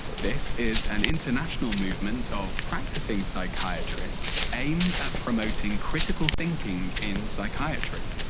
this is an international movement of practicing psychiatrists aimed at promoting critical thinking in psychiatry.